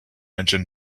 engine